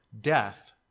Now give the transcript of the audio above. death